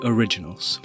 Originals